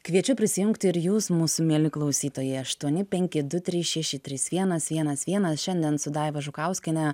kviečiu prisijungti ir jus mūsų mieli klausytojai aštuoni penki du trys šeši trys vienas vienas vienas šiandien su daiva žukauskiene